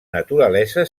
naturalesa